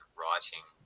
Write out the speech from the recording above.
writing